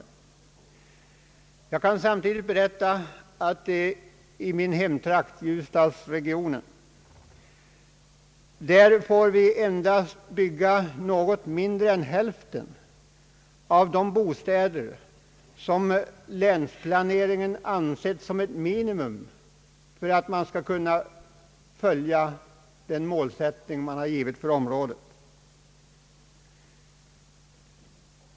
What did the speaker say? Samtidigt kan jag berätta att i min hemtrakt, ljusdalsregionen, får vi endast bygga något mindre än hälften av de bostäder, som länsplaneringen ansett som ett minimum för att man skall kunna förverkliga den målsättning man uppställt för området.